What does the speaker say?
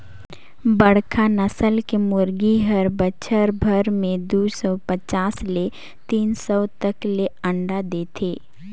बड़खा नसल के मुरगी हर बच्छर भर में दू सौ पचास ले तीन सौ तक ले अंडा देथे